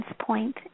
point